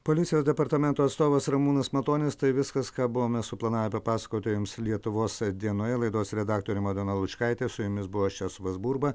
policijos departamento atstovas ramūnas matonis tai viskas ką buvome suplanavę papasakoti jums lietuvos dienoje laidos redaktorė madona lučkaitė su jumis buvo česlovas burba